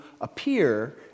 appear